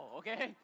okay